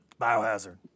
biohazard